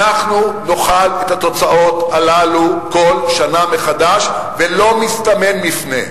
אנחנו נאכל את התוצאות הללו כל שנה מחדש ולא מסתמן מפנה.